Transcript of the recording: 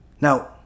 Now